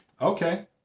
Okay